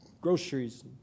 groceries